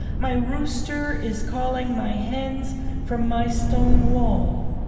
my rooster is calling my hens from my stone wall.